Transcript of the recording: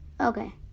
Okay